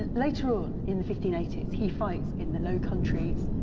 ah later on, in the fifteen eighty s, he fights in the low countries,